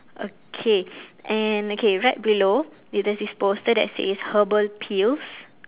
okay and okay right below there is this poster that says herbal pills